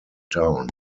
town